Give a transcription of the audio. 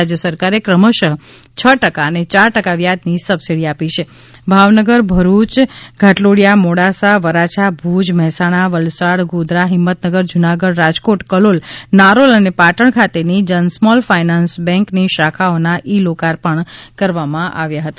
રાજ્ય સરકારે કમશઃ છ ટકા અને ચાર ટકા વ્યાજની સબસિડી આપી છી ભાવનગર ભરુચ ઘાટલોડીયા મોડાસા વરાછા ભુજ મહેસાણા વલસાડ ગોધરા હિંમતનગર જુનાગઢ રાજકોટ કલોલ નારોલ અને પાટણ ખાતેની જન સ્મોલ ફાઇનાન્સ બેંકની શાખાઓના ઇ લોકાર્પણ કરવામાં આવ્યું હતું